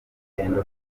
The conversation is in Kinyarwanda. urugendo